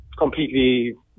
completely